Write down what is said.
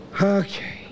Okay